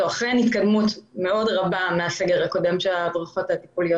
זו אכן התקדמות משמעותית מאז הסגר הראשון שבו הבריכות הטיפוליות